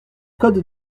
code